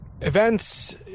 Events